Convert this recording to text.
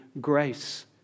grace